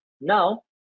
now